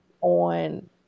on